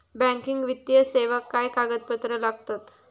Banking वित्तीय सेवाक काय कागदपत्र लागतत?